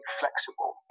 flexible